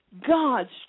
God's